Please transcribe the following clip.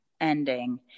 ending